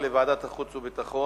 לוועדה שתקבע ועדת הכנסת נתקבלה.